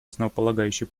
основополагающий